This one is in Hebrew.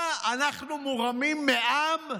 מה, אנחנו מורמים מעם?